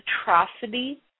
atrocity